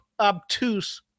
obtuse